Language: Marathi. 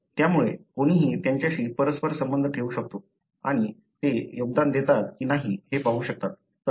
तर त्यामुळे कोणीही त्यांच्याशी परस्पर संबंध ठेवू शकतो आणि ते योगदान देतात की नाही ते पाहू शकतात